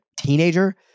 teenager